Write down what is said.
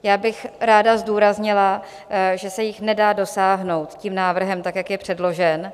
Já bych ráda zdůraznila, že se jich nedá dosáhnout tím návrhem tak, jak je předložen.